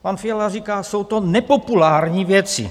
Pan Fiala říká: Jsou to nepopulární věci.